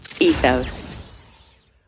Ethos